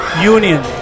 Union